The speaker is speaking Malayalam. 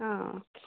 ആ ഓക്കെ